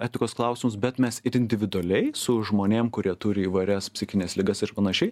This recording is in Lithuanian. etikos klausimus bet mes ir individualiai su žmonėm kurie turi įvairias psichines ligas ir panašiai